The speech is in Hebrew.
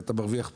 אתה מרוויח פה,